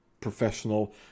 professional